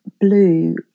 blue